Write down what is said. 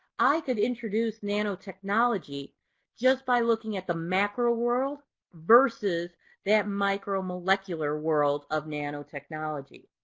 i could introduce nanotechnology just by looking at the macro world versus that micro molecular world of nanotechnology.